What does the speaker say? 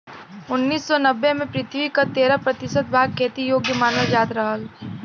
उन्नीस सौ नब्बे में पृथ्वी क तेरह प्रतिशत भाग खेती योग्य मानल जात रहल